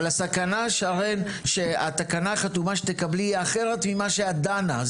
אבל הסכנה שהתקנה החתומה שתקבלי היא אחרת ממה שאת דנה בו.